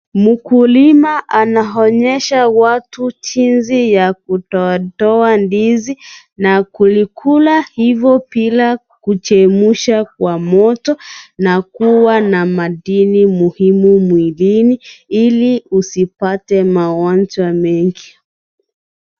Mkulima anaonyesha watu jinsi ya kutoatoa ndizi na kulikuwa hivo, bila kuchemsha kwa moto na kuwa na madini muhimu mwilini, ili usipate magonjwa mengi.